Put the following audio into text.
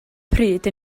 pryd